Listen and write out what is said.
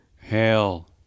Hail